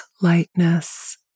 lightness